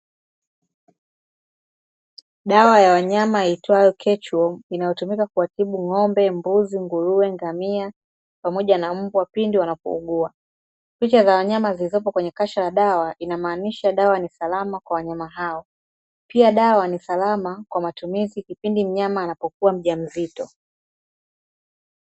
Dawa ya wanyama iitwayo kecho , inatibu ng'ombe mbuzi, nguruwe, ngamia, pamoja na mbwa pindi wanapo uguua, picha za wanyama zilizoko kwenye kasha la dawa inamaanisha kuwa dawa ni salama kwa wanyama hao, pia dawa ni salama kwa matumizi kipindi mnyama anapokuwa mjamzito.